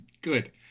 Good